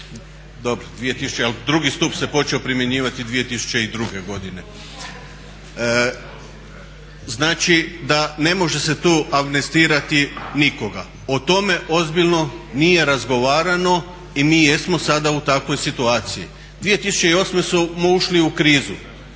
ali drugi stup se počeo primjenjivati 2002. godine. … /Upadica se ne razumije./ … Znači da ne može se tu amnestirati nikoga. O tome ozbiljno nije razgovarano i mi jesmo sada u takvoj situaciji. 2008. smo ušli u krizu